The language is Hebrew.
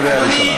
קריאה ראשונה.